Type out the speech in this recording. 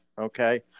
okay